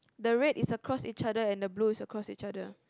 the red is across each other and the blue is across each other